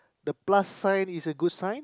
the plus sign is a good sign